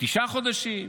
תשעה חודשים?